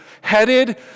headed